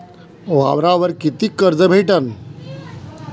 वावरावर कितीक कर्ज भेटन?